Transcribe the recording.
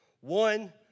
One